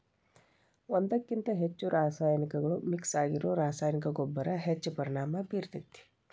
ಒಂದ್ಕಕಿಂತ ಹೆಚ್ಚು ರಾಸಾಯನಿಕಗಳು ಮಿಕ್ಸ್ ಆಗಿರೋ ರಾಸಾಯನಿಕ ಗೊಬ್ಬರ ಹೆಚ್ಚ್ ಪರಿಣಾಮ ಬೇರ್ತೇತಿ